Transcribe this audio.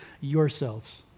yourselves